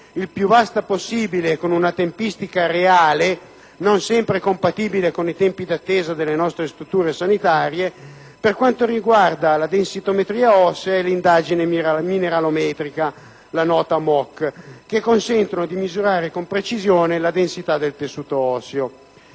il più vasta possibile e con una tempistica reale, non sempre compatibile con i tempi d'attesa delle nostre strutture sanitarie - della densitometria ossea e dell'indagine mineralometrica (MOC), che consentono di misurare con precisione la densità del tessuto osseo.